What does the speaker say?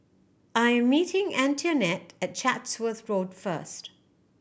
I'm meeting Antionette at Chatsworth Road first